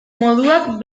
moduak